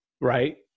Right